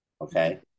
okay